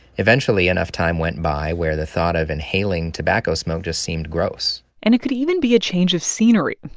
eventually, enough time went by where the thought of inhaling tobacco smoke just seemed gross and it could even be a change of scenery.